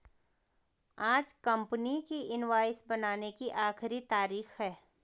आज कंपनी की इनवॉइस बनाने की आखिरी तारीख है